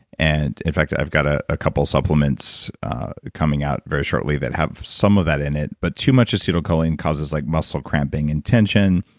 and in fact, i've got a ah couple of supplements coming out very shortly that have some of that in it but too much acetylcholine causes like muscle cramping and tension.